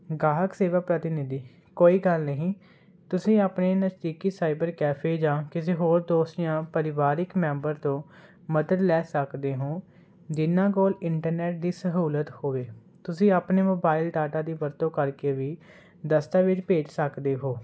ਗਾਹਕ ਸੇਵਾ ਪ੍ਰਤੀ ਨਿਧੀ ਕੋਈ ਗੱਲ ਨਹੀਂ ਤੁਸੀਂ ਆਪਣੇ ਨਜ਼ਦੀਕੀ ਸਾਈਬਰ ਕੈਫੇ ਜਾਂ ਕਿਸੇ ਹੋਰ ਦੋਸਤ ਜਾਂ ਪਰਿਵਾਰਿਕ ਮੈਂਬਰ ਤੋਂ ਮਦਦ ਲੈ ਸਕਦੇ ਹੋ ਜਿਨਾਂ ਕੋਲ ਇੰਟਰਨੈਟ ਦੀ ਸਹੂਲਤ ਹੋਵੇ ਤੁਸੀਂ ਆਪਣੇ ਮੋਬਾਇਲ ਡਾਟਾ ਦੀ ਵਰਤੋਂ ਕਰਕੇ ਵੀ ਦਸਤਾਵੇਜ ਭੇਜ ਸਕਦੇ ਹੋ